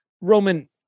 roman